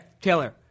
Taylor